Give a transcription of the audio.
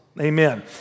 Amen